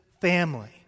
family